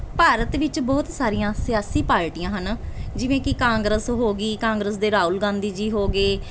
ਭਾਰਤ ਵਿੱਚ ਬਹੁਤ ਸਾਰੀਆਂ ਸਿਆਸੀ ਪਾਰਟੀਆਂ ਹਨ ਜਿਵੇਂ ਕਿ ਕਾਂਗਰਸ ਹੋ ਗਈ ਕਾਂਗਰਸ ਦੇ ਰਾਹੁਲ ਗਾਂਧੀ ਜੀ ਹੋ ਗਏ